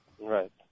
Right